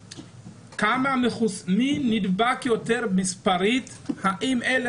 כמה מחוסן נדבק יותר מספרית והאם מדובר באלה